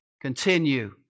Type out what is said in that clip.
Continue